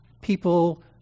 people